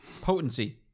potency